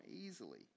easily